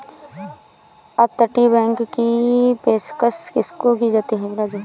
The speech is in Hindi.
अपतटीय बैंक की पेशकश किसको की जाती है राजू?